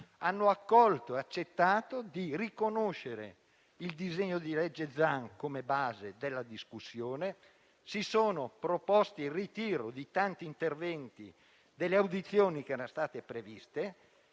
hanno accolto e accettato di riconoscere il disegno di legge Zan come base della discussione, si è proposto il ritiro di tanti interventi e delle audizioni che erano state previste,